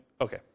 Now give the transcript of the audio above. Okay